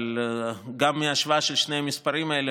אבל גם מההשוואה של שני המספרים האלה